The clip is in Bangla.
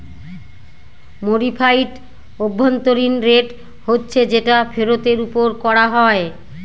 মডিফাইড অভ্যন্তরীন রেট হচ্ছে যেটা ফেরতের ওপর করা হয়